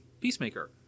Peacemaker